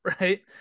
right